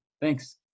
Thanks